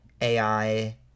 AI